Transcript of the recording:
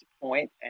point